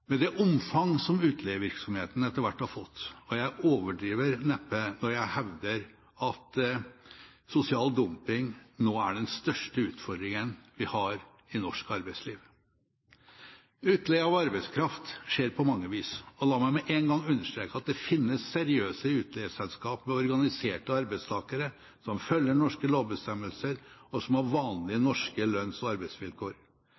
Med det omfang som utleievirksomheten etter hvert har fått, overdriver jeg neppe når jeg hevder at sosial dumping nå er den største utfordringen vi har i norsk arbeidsliv. Utleie av arbeidskraft skjer på mange vis. La meg med en gang understreke at det finnes seriøse utleieselskap med organiserte arbeidstakere som følger norske lovbestemmelser, og som har vanlige